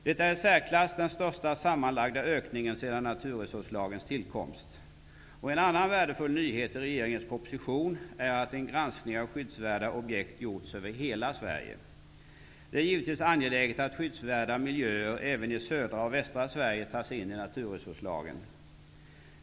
Det är i särklass den största sammanlagda ökningen sedan naturresurslagens tillkomst. En annan värdefull nyhet i regeringens proposition är att en granskning av skyddsvärda objekt gjorts över hela Sverige. Det är givetvis angeläget att skyddsvärda miljöer även i södra och västra Sverige tas in i naturresurslagen.